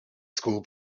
school